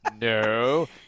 No